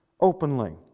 openly